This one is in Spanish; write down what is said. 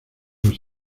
vas